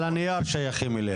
על הנייר שייכים אליה.